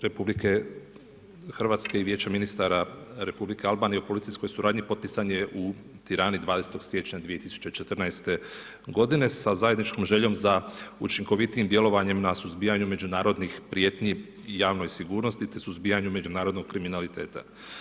RH i Vijeće ministara Republike Albanije o policijskoj suradnji potpisan je u Tirani 20. siječnja 2014. g. sa zajedničkom željom za učinkovitijim djelovanjem na suzbijanju međunarodnih prijetnji i javnoj sigurnosti, te suzbijanju međunarodnog kriminaliteta.